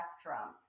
spectrum